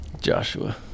Joshua